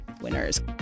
winners